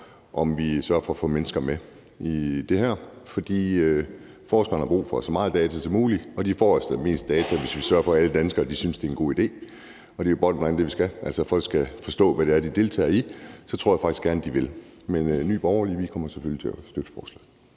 om vi sørger for at få mennesker med i det her. For forskerne har brug for så meget data som muligt, og de får altså mest data, hvis vi sørger for, at alle danskere synes, det er en god idé, og det er, bottom line, det, vi skal. Altså, folk skal forstå, hvad det er, de deltager i. Så tror jeg faktisk, at de gerne vil det. Men i Nye Borgerlige kommer vi selvfølgelig til at støtte forslaget.